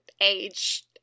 age